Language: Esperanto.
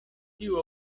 tiu